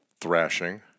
thrashing